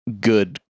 good